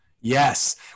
yes